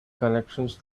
connections